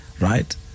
right